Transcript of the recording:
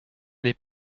n’est